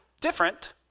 different